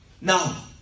Now